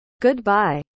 Goodbye